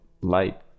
light